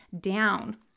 down